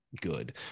good